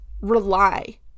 rely